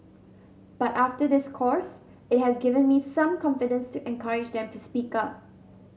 but after this course it has given me some confidence to encourage them to speak up